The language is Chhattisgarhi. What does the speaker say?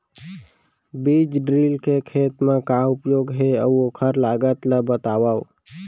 बीज ड्रिल के खेत मा का उपयोग हे, अऊ ओखर लागत ला बतावव?